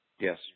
Yes